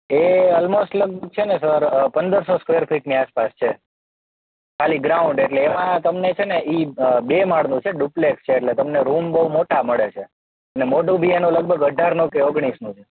એ almost લગભગ છે ને સર પંદરસો સ્ક્વેર ફીટની આસપાસ છે ખાલી ગ્રાઉન્ડ એટલે એમાં તમને છે ને ઈ બે માળનું છે ડુપ્લેક્સ છે એટલે તમને રૂમ બહુ મોટા મળે છે ને મોઢું બી એનું લગભગ આઢાર કે ઓગણીશનું છે